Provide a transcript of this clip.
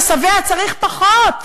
השמן, השבע, צריך פחות.